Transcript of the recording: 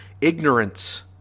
ignorance